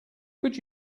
could